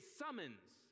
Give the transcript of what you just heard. summons